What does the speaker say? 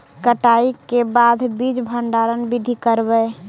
कटाई के बाद बीज भंडारन बीधी करबय?